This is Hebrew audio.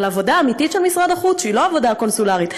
אבל העבודה האמיתית של משרד החוץ היא לא העבודה הקונסולרית.